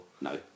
no